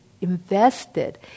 invested